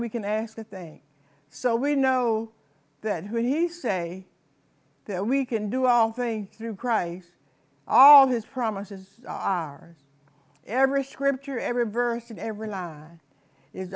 we can ask the thing so we know that when he say that we can do all things through christ all his promises are every scripture every